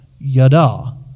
Yada